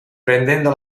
prendendo